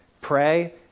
Pray